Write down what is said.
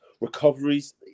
recoveries